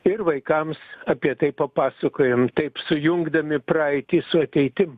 ir vaikams apie tai papasakojam taip sujungdami praeitį su ateitim